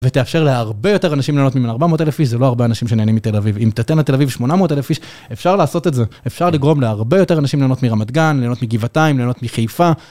ותאפשר להרבה יותר אנשים להנות ממנו. 400 אלף איש, זה לא הרבה אנשים שנהנים מתל אביב. אם תתן לתל אביב 800 אלף איש, אפשר לעשות את זה. אפשר לגרום להרבה יותר אנשים להנות מרמת גן, להנות מגבעתיים, להנות מחיפה.